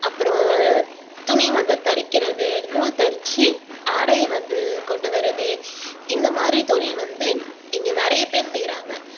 அப்புறம் துணி வந்து தரிக்கிறது நூல் தரித்து ஆடையை வந்து கொண்டு வரது இந்த மாதிரி தொழில் வந்து இங்கே நிறைய பேர் செய்கிறாங்க